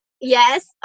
Yes